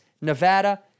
Nevada